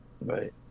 Right